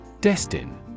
Destin